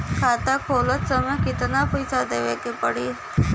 खाता खोलत समय कितना पैसा देवे के पड़ी?